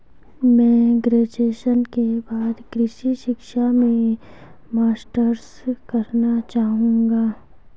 मैं ग्रेजुएशन के बाद कृषि शिक्षा में मास्टर्स करना चाहूंगा